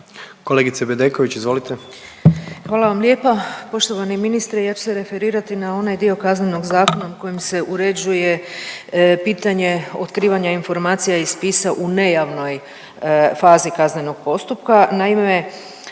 izvolite. **Bedeković, Vesna (HDZ)** Hvala vam lijepa poštovani ministre. Ja ću se referirati na onaj dio Kaznenog zakona kojim se uređuje pitanje otkrivanja informacija iz spisa u nejavnoj fazi kaznenog postupka. Naime,